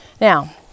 Now